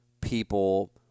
people